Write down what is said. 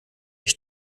ich